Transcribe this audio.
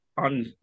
on